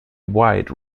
wide